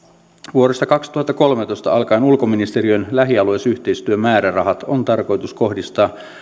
vuodesta kaksituhattakolmetoista alkaen ulkoministeriön lähialueyhteistyömäärärahat on tarkoitus kohdistaa